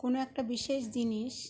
কোনো একটা বিশেষ জিনিস